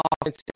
offense